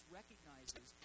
recognizes